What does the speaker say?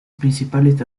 principales